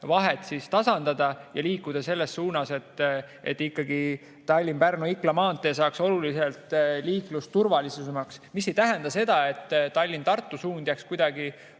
vahet tasandada ja liikuda selles suunas, et ikkagi Tallinna–Pärnu–Ikla maantee saaks oluliselt liiklusturvalisemaks. See ei tähenda seda, et Tallinna–Tartu suund jääks kuidagi